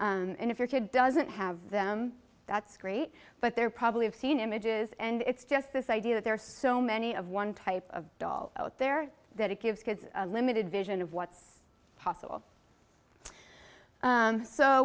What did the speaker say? em and if your kid doesn't have them that's great but they're probably have seen images and it's just this idea that there are so many of one type of dolls out there that it gives kids a limited vision of what's possible